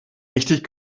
richtig